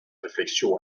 réflexion